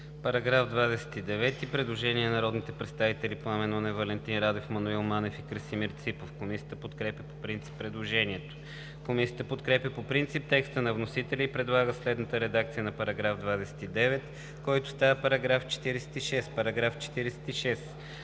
По § 17 има предложение от народните представители Пламен Нунев, Валентин Радев, Маноил Манев и Красимир Ципов. Комисията подкрепя по принцип предложението. Комисията подкрепя по принцип текста на вносителя и предлага следната редакция на § 17, който става § 24: „§ 24. В чл.